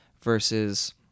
versus